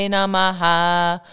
Namaha